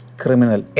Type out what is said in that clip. criminal